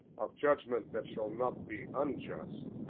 of judgment that shall not be unjust,